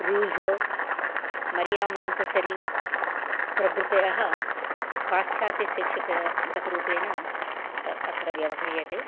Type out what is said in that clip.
रीझो Maria Montessori प्रभृतयः पाश्चात्यशैक्षिकचिन्तकरूपेण अत्र व्यवह्रियते